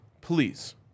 Please